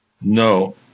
No